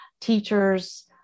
teachers